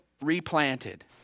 replanted